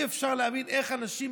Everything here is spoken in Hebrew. אי-אפשר להאמין איך אנשים,